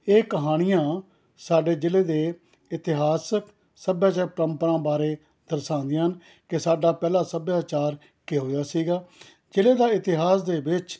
ਇਹ ਕਹਾਣੀਆਂ ਸਾਡੇ ਜ਼ਿਲ੍ਹੇ ਦੇ ਇਤਿਹਾਸਕ ਸੱਭਿਆਚਾਰਕ ਪ੍ਰੰਪਰਾਵਾਂ ਬਾਰੇ ਦਰਸਾਉਂਦੀਆਂ ਹਨ ਕਿ ਸਾਡਾ ਪਹਿਲਾਂ ਸੱਭਿਆਚਾਰ ਕਿਹੋ ਜਿਹਾ ਸੀਗਾ ਜ਼ਿਲ੍ਹੇ ਦਾ ਇਤਿਹਾਸ ਦੇ ਵਿੱਚ